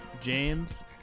James